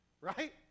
Right